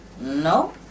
No